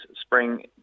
spring